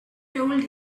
told